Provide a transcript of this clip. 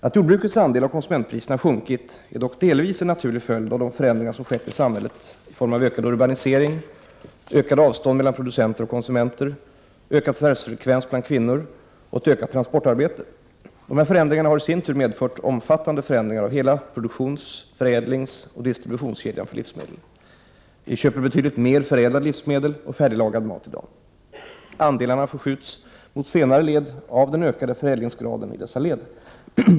Att jordbrukets andel av konsumentpriset sjunkit är dock delvis en naturlig följd av de förändringar som skett i samhället i form av ökad urbanisering, ökade avstånd mellan producenter och konsumenter, en ökad förvärvsfrekvens bland kvinnor och ett ökat transportarbete. Dessa förändringar har i sin tur medfört omfattande förändringar av hela produktions-, förädlingsoch distributionskedjan för livsmedel. Vi köper betydligt mer förädlade livsmedel och färdiglagad mat i dag. Andelarna förskjuts mot senare led av den ökade förädlingsgraden i dessa led.